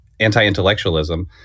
Anti-intellectualism